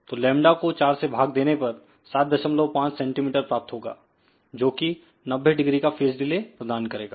तो लेमडा को 4 से भाग देने पर 75 सेंटीमीटर प्राप्त होगा जोकि 90 डिग्री का फेज डिले प्रदान करेगा